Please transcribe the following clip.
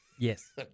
Yes